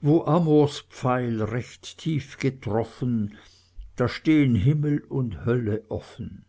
wo amors pfeil recht tief getroffen da stehen himmel und hölle offen